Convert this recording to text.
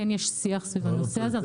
כן יש שיח סביבה הנושא הזה.